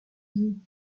dis